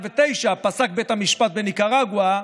בשנת 2009 פסק בית המשפט בניקרגואה,